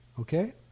Okay